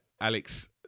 Alex